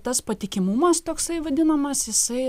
tas patikimumas toksai vadinamas jisai